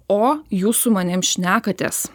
o jūs su manim šnekatės